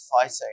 fighting